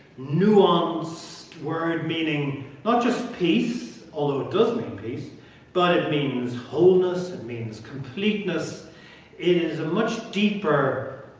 nuanced word meaning not just peace although it does make peace but it means wholeness, it means completeness. it is a much deeper,